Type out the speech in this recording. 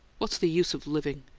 what's the use of living?